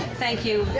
thank you.